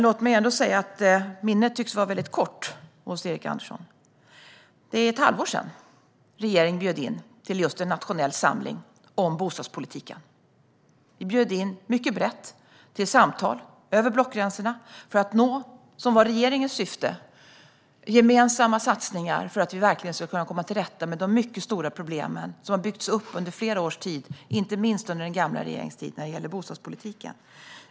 Låt mig ändå säga att minnet tycks vara väldigt kort hos Erik Andersson. Det är ett halvår sedan regeringen bjöd in till just en nationell samling om bostadspolitiken. Vi bjöd in mycket brett till samtal över blockgränserna för att nå det som var regeringens syfte: gemensamma satsningar för att komma till rätta med de mycket stora problem som har byggts upp under flera års tid, inte minst under den gamla regeringens tid, när det gäller bostadspolitiken.